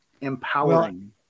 empowering